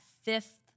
fifth